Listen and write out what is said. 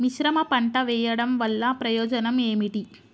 మిశ్రమ పంట వెయ్యడం వల్ల ప్రయోజనం ఏమిటి?